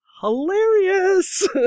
hilarious